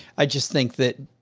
i just think that.